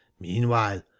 meanwhile